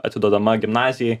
atiduodama gimnazijai